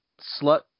slut